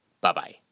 Bye-bye